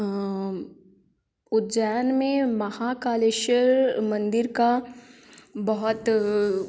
उज्जैन में महाकालेश्वर मंदिर का बहुत